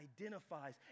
identifies